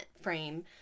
frame